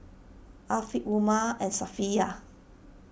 Afiq Umar and Safiya